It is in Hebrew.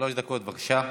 שלוש דקות, בבקשה.